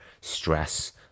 stress